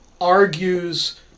argues